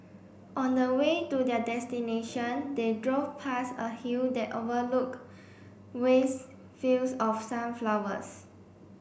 on the way to their destination they drove past a hill that overlook with fields of sunflowers